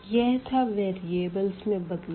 यह था वेरीअबलस में बदलाव